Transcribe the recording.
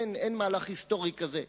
אין מהלך היסטורי כזה,